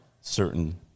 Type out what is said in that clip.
certain